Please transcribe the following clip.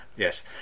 Yes